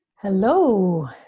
hello